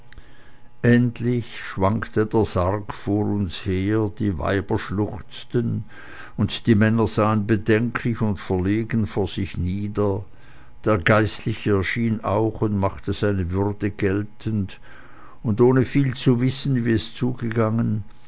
endlich schwankte der sarg vor uns her die weiber schluchzten und die männer sahen bedenklich und verlegen vor sich nieder der geistliche erschien auch und machte seine würde geltend und ohne viel zu wissen wie es zugegangen